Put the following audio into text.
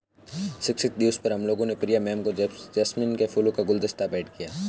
शिक्षक दिवस पर हम लोगों ने प्रिया मैम को जैस्मिन फूलों का गुलदस्ता भेंट किया